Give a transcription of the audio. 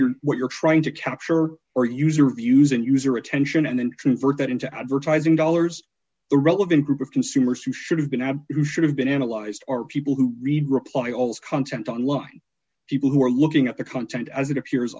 you're what you're trying to capture or user reviews and user attention and then convert that into advertising dollars the relevant group of consumers who should have been have who should have been analyzed or people who read reply all content online people who are looking at the content as it appears